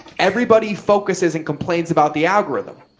everybody focuses and complaints about the algorithm.